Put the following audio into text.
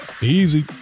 Easy